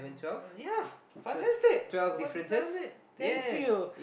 uh ya fantastic we're done it thank you